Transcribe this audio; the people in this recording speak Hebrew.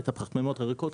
את הפחמימות הריקות,